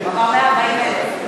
היו הרבה שאילתות.